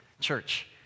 Church